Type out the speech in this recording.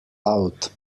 out